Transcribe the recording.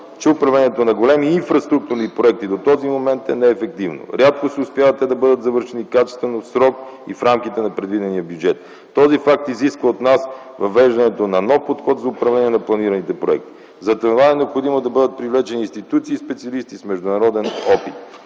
че управлението на големи инфраструктурни проекти до този момент е неефективно. Рядко се успява те да бъдат завършени качествено, в срок и в рамките на предвидения бюджет. Този факт изисква от нас въвеждането на нов подход за управление на планираните проекти. Затова е необходимо да бъдат привлечени институции и специалисти с международен опит.